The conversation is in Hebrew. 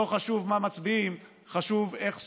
לא חשוב מה מצביעים, חשוב איך סופרים,